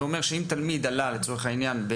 זה אומר שאם תלמיד עלה, לצורך העניין,